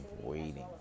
waiting